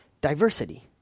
diversity